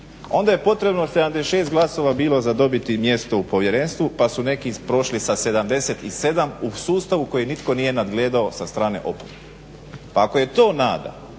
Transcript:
onda je potrebno 76 glasova bilo za dobiti mjesto u povjerenstvu pa su neki prošli sa 77 u sustavu koji nitko nije nadgledao sa strane oporbe. Pa ako je to nada